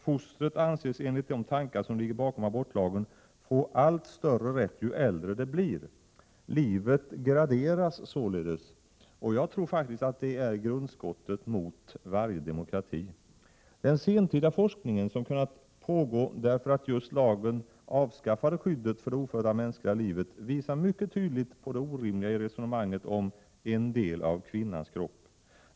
Fostret anses enligt de tankar som ligger bakom abortlagen få allt större rätt ju äldre det blir. Livet graderas således. Jag tror faktiskt att det är grundskottet mot varje demokrati. Den senare forskningen, som kunnat pågå därför att just lagen avskaffade skyddet för det ofödda mänskliga livet, visar mycket tydligt på det orimliga i resonemanget om ”en del av kvinnans kropp”.